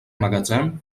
magatzem